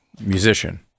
musician